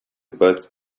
butt